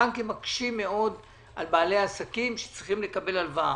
הבנקים מקשים מאוד על בעלי עסקים שצריכים לקבל הלוואה,